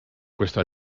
questo